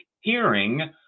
hearing